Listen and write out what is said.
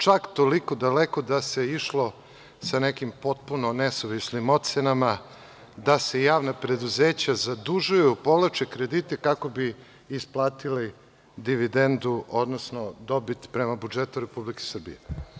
Čak toliko daleko da se išlo sa nekim potpuno nesuvisnim ocenama, da se javna preduzeća zadužuju, povlače kredite, kako bi isplatili dividendu, odnosno dobit, prema budžetu Republike Srbije.